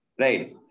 Right